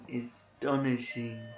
astonishing